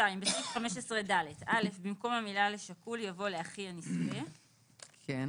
(2)בסעיף 15ד (א)במקום המילה "לשכול" יבוא "לאחי הנספה"; כן,